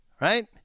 Right